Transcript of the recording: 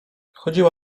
chodziła